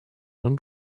und